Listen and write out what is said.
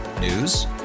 News